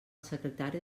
secretari